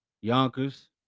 Yonkers